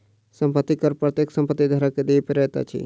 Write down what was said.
संपत्ति कर प्रत्येक संपत्ति धारक के दिअ पड़ैत अछि